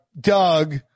Doug